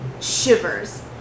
shivers